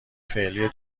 فعلی